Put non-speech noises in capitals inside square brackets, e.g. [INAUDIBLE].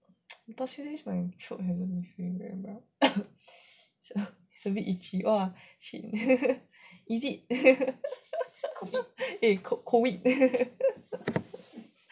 past few days my throat haven't been really well [COUGHS] a bit itchy !wah! shit [LAUGHS] is it [LAUGHS] eh COVID